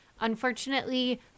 Unfortunately